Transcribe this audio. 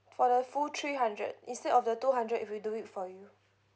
for the full three hundred instead of the two hundred if we do it for you